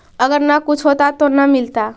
अगर न कुछ होता तो न मिलता?